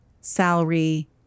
salary